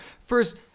first